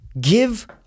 give